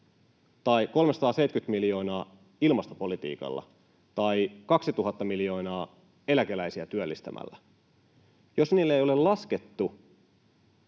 Tai 370 miljoonaa ilmastopolitiikalla tai 2 000 miljoonaa eläkeläisiä työllistämällä. Ja niille ei ole laskettu